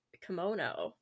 kimono